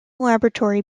laboratory